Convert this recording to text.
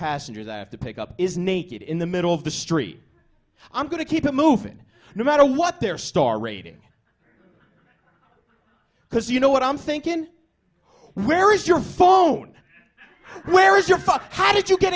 passengers i have to pick up is naked in the middle of the street i'm going to keep moving no matter what their star rating because you know what i'm thinkin where is your phone where is your fault how did you get